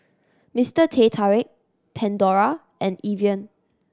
Mister Teh Tarik Pandora and Evian